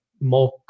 more